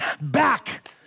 back